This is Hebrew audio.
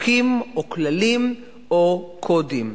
חוקים או כללים או קודים.